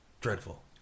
Dreadful